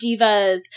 divas